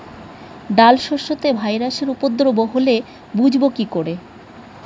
ডাল শস্যতে ভাইরাসের উপদ্রব হলে বুঝবো কি করে?